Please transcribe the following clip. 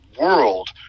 world